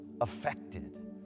affected